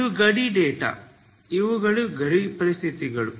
ಇದು ಗಡಿ ಡೇಟಾ ಇವುಗಳು ಗಡಿ ಪರಿಸ್ಥಿತಿಗಳು